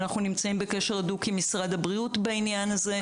אנחנו נמצאים בקשר הדוק עם משרד הבריאות בעניין הזה.